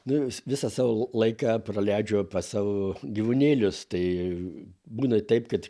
nes visą savo laiką praleidžiu pas savo gyvūnėlius tai būna taip kad